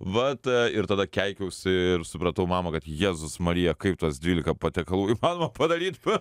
vat ir tada keikiausi ir supratau mamą kad jėzus marija kaip tuos dvylika patiekalų įmanoma padaryt